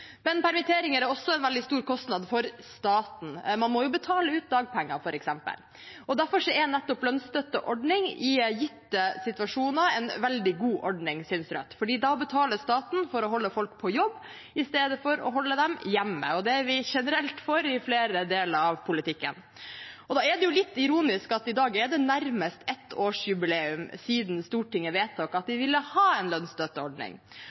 Permitteringer er også en veldig stor kostnad for staten. Man må jo betale ut dagpenger, f.eks. Derfor er nettopp lønnsstøtteordning i gitte situasjoner en veldig god ordning, synes Rødt, for da betaler staten for å holde folk på jobb i stedet for å holde dem hjemme, og det er vi generelt for i flere deler av politikken. Da er det litt ironisk at det i dag er nærmest ettårsjubileum siden Stortinget vedtok at de ville ha en lønnsstøtteordning.